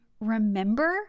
remember